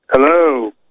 Hello